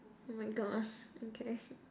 oh my gosh okay